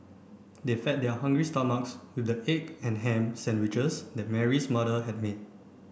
they fed their hungry stomachs with the egg and ham sandwiches that Mary's mother had made